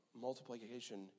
multiplication